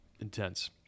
intense